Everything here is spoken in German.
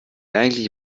eigentliche